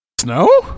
Snow